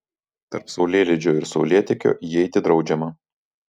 tarp saulėlydžio ir saulėtekio įeiti draudžiama